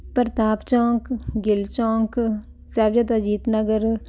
Pratap Chowk Gill Chowk Sahibzada Ajit Nagar